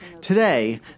Today